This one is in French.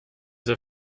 nous